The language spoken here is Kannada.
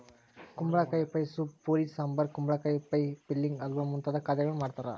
ಕುಂಬಳಕಾಯಿ ಪೈ ಸೂಪ್ ಪ್ಯೂರಿ ಸಾಂಬಾರ್ ಕುಂಬಳಕಾಯಿ ಪೈ ಫಿಲ್ಲಿಂಗ್ ಹಲ್ವಾ ಮುಂತಾದ ಖಾದ್ಯಗಳನ್ನು ಮಾಡ್ತಾರ